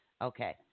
Okay